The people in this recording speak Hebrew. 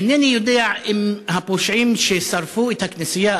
אינני יודע אם הפושעים ששרפו את הכנסייה,